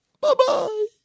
bye-bye